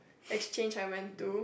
exchange I went to